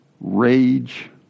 rage